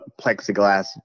plexiglass